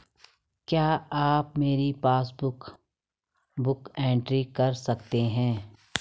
क्या आप मेरी पासबुक बुक एंट्री कर सकते हैं?